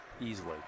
easily